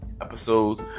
episodes